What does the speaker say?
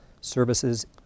Services